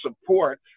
support